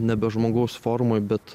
nebe žmogaus formoj bet